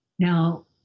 Now